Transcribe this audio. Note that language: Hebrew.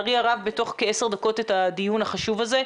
לצערי הרב בתוך כעשר דקות את הדיון החשוב הזה,